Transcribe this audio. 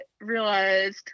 realized